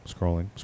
scrolling